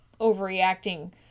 overreacting